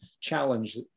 challenge